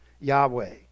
Yahweh